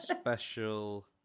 Special